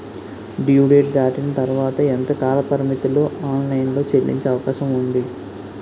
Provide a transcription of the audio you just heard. Due date దాటిన తర్వాత ఎంత కాలపరిమితిలో ఆన్ లైన్ లో చెల్లించే అవకాశం వుంది?